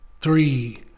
three